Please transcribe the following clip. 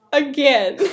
again